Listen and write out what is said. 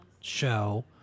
show